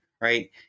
Right